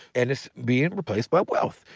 and it's being replaced by wealth.